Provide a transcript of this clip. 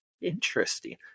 interesting